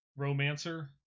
romancer